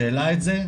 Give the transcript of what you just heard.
שהעלה את זה,